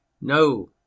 no